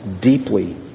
deeply